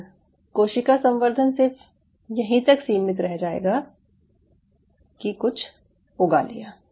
और कोशिका संवर्धन सिर्फ यहीं तक सीमित रह जाएगा कि कुछ उगा लिया